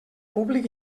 públic